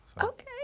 Okay